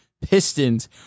Pistons